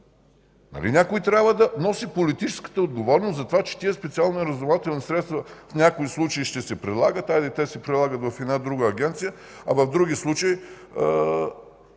някой трябва да носи политическата отговорност, че тези специални разузнавателни средства в някои случаи ще се прилагат – хайде, те се прилагат в една друга агенция – а в други случаи